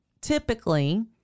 typically